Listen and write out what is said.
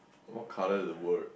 what colour is the word